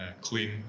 clean